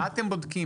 מה אתם בודקים?